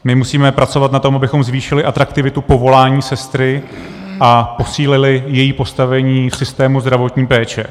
My musíme pracovat na tom, abychom zvýšili atraktivitu povolání sestry a posílili její postavení v systému zdravotní péče.